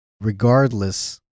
regardless